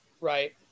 Right